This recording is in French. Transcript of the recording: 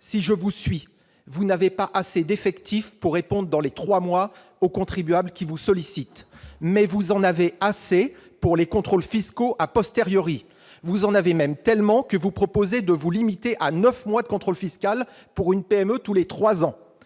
Si je vous suis bien, vous n'avez pas assez d'effectifs pour répondre dans les trois mois aux contribuables qui vous sollicitent, mais vous en avez suffisamment pour les contrôles fiscaux ! Vous en avez même tellement que vous proposez de vous limiter à neuf mois de contrôle fiscal pour une PME tous les trois ans.